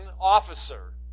officer